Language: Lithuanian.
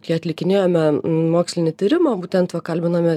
kai atlikinėjome mokslinį tyrimą būtent va kalbinome